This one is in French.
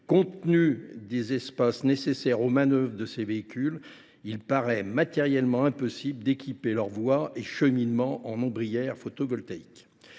Compte tenu des espaces nécessaires aux manœuvres de ces véhicules, il paraît matériellement impossible d’équiper leurs voies et cheminements en ombrières photovoltaïques.